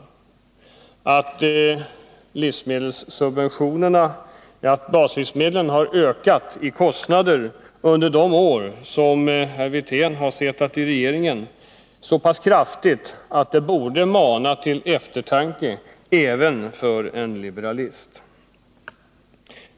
Baslivsmedlen har under de år då herr Wirtén har suttit i regeringen ökat i kostnader så kraftigt att det borde mana även en liberal till eftertanke.